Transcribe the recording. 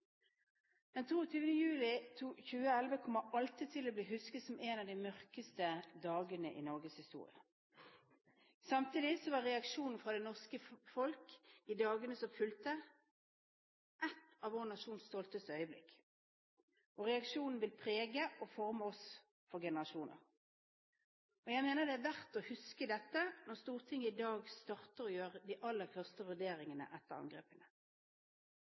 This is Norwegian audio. Den 22. juli 2011 kommer alltid til å bli husket som en av de mørkeste dagene i norgeshistorien. Samtidig var reaksjonen fra det norske folk i dagene som fulgte, ett av vår nasjons stolteste øyeblikk. Reaksjonen vil prege og forme oss for generasjoner. Jeg mener det er verdt å huske dette når Stortinget i dag starter med å gjøre de aller første vurderingene etter angrepene.